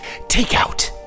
takeout